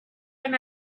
and